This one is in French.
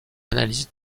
analyse